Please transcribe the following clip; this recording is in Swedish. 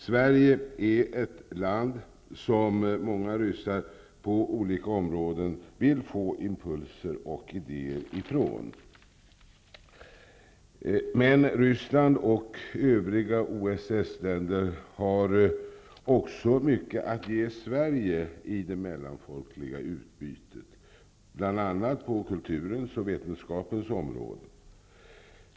Sverige är ett land som många ryssar på olika områden vill få impulser och idéer ifrån. Men Ryssland och övriga OSS-länder har också mycket att ge Sverige i det mellanfolkliga utbytet, bl.a. på kulturens och vetenskapens områden.